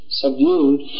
subdued